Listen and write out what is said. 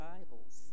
Bibles